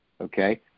Okay